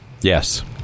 Yes